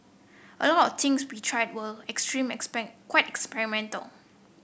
a lot of things we tried were extreme quite experimental